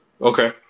okay